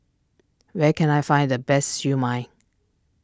where can I find the best Siew Mai